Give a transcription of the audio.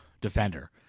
defender